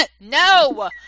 No